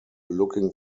looking